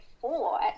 four